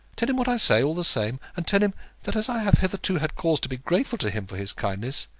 tell him what i say, all the same and tell him that as i have hitherto had cause to be grateful to him for his kindness,